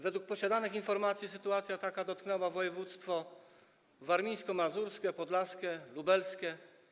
Według posiadanych informacji sytuacja taka dotknęła województwa: warmińsko-mazurskie, podlaskie i lubelskie.